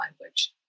language